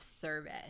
service